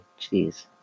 jeez